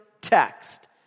text